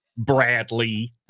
bradley